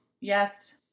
Yes